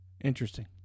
Interesting